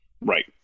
Right